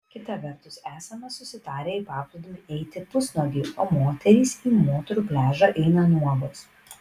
kita vertus esame susitarę į paplūdimį eiti pusnuogiai o moterys į moterų pliažą eina nuogos